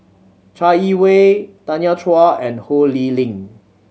Chai Yee Wei Tanya Chua and Ho Lee Ling